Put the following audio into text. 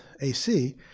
AC